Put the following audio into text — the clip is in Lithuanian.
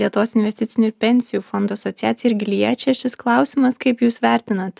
lietuvos investicinių ir pensijų fondų asociaciją irgi liečia šis klausimas kaip jūs vertinat